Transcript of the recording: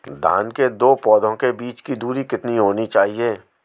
धान के दो पौधों के बीच की दूरी कितनी होनी चाहिए?